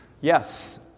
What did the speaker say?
Yes